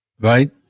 Right